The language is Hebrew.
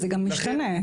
איתאחדיה,